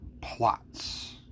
plots